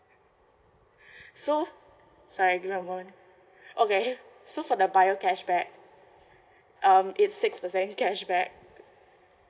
so sorry okay so for the bio cashback um it's six percent cashback